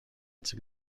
its